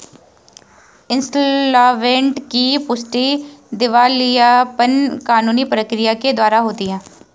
insolvent की पुष्टि दिवालियापन कानूनी प्रक्रिया के द्वारा होती है